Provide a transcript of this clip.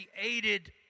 created